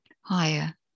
higher